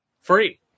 Free